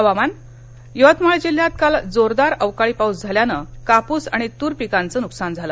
हवामानः यवतमाळ जिल्ह्यात काल जोरदार अवकाळी पाऊस झाल्यानं कापूस आणि तूर पिकाचं नुकसान झालं